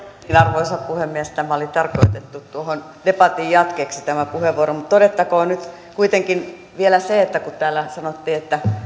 arvoisa puhemies tämä puheenvuoro oli tarkoitettu tuohon debatin jatkeeksi mutta todettakoon nyt kuitenkin vielä se että kun täällä sanottiin että